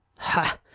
ha!